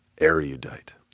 erudite